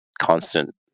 constant